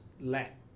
let